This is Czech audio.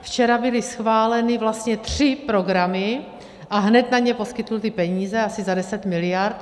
Včera byly schváleny vlastně tři programy a hned na ně poskytnuty peníze, asi za 10 miliard.